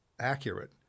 accurate